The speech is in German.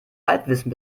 halbwissen